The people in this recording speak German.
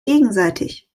gegenseitig